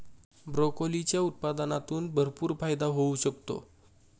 ब्रोकोलीच्या उत्पादनातून भरपूर फायदा होऊ शकतो